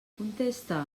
contesta